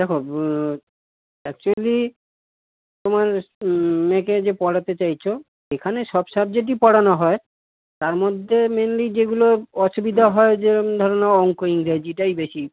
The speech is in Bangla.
দেখো অ্যাকচ্যুয়েলি তোমার মেয়েকে যে পড়াতে চাইছো এখানে সব সাবজেক্টই পড়ানো হয় তার মধ্যে মেনলি যেগুলো অসুবিধা হয় যেকরম ধরে নাও অংক ইংরাজিটাই বেশি